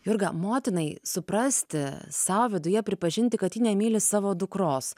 jurga motinai suprasti sau viduje pripažinti kad ji nemyli savo dukros